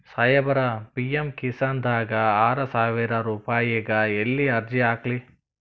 ಸಾಹೇಬರ, ಪಿ.ಎಮ್ ಕಿಸಾನ್ ದಾಗ ಆರಸಾವಿರ ರುಪಾಯಿಗ ಎಲ್ಲಿ ಅರ್ಜಿ ಹಾಕ್ಲಿ?